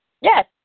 Yes